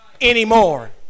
anymore